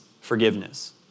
forgiveness